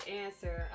answer